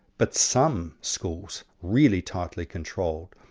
but some schools really tightly controlled,